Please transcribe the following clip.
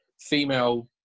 female